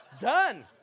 Done